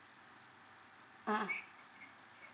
mmhmm